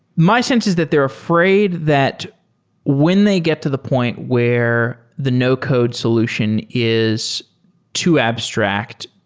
my sense is that they're afraid that when they get to the point where the no-code solution is too abstract,